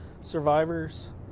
survivors